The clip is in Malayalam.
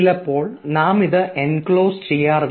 ചിലപ്പോൾ നാം ഇത് എൻക്ലോസ് ചെയ്യാറില്ല